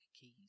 keys